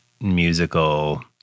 musical